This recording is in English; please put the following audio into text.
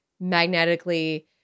magnetically